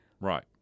Right